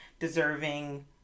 Deserving